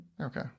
Okay